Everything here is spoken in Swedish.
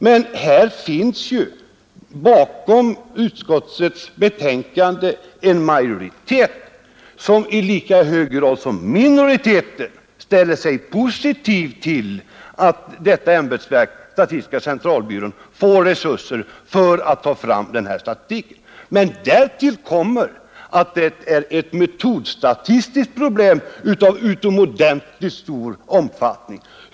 Men här finns ju bakom utskottets betänkande en majoritet som i lika hög grad som minoriteten ställer sig positiv till att statistiska centralbyrån får resurser för att ta fram ifrågavarande statistik. Därtill kommer emellertid att det är ett metodstatistiskt problem av utomordentligt stor omfattning.